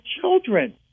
children